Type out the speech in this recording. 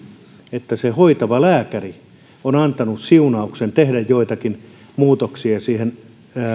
että se hoitava lääkäri on antanut siunauksen tehdä joitakin muutoksia siihen